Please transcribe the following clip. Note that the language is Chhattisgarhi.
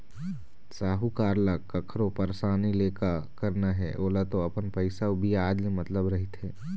साहूकार ल कखरो परसानी ले का करना हे ओला तो अपन पइसा अउ बियाज ले मतलब रहिथे